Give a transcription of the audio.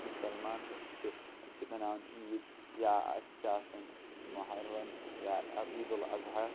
مُسلمان أسۍ چھِ أسۍ چھِ بَناوان عید یا اَسہِ چھِ آسان محرم یا عیدالاضحیٰ